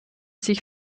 sich